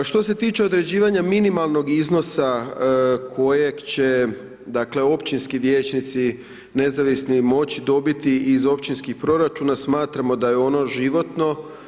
Što se tiče određivanja minimalnog iznosa kojeg će, dakle, općinski vijećnici, nezavisni, moć dobiti iz općinskih proračuna, smatramo da je ono životno.